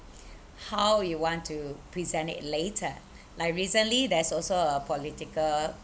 how you want to present it later like recently there's also a political